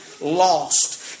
lost